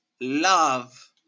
Love